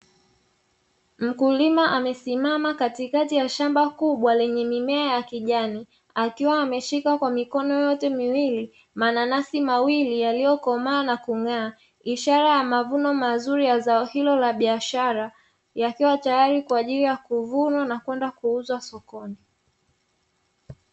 Mkulima amesimama katika ya shamba kubwa lenye mimea ya kijani akiwa ameshika kwa mikono yote miwili mananasi makubwa yaliyokomaa na kung’aa ishara ya mavuno mazuri ya zao hilo la biashara, yakiwa tayari kwa ajili ya kuvunwa na kwenda kuuzwa sokoni.